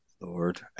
Lord